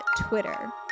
Twitter